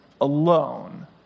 alone